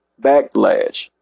backlash